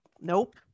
Nope